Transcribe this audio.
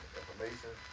information